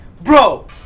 bro